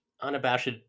unabashed